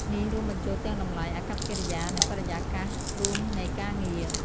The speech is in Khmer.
នេះរួមបញ្ចូលទាំងតម្លៃ អាកប្បកិរិយា និងបរិយាកាសរួមនៃការងារ។